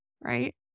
right